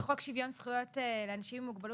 אני פשוט רואה שבחוק שוויון זכויות לאנשים עם מוגבלות